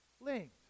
linked